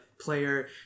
player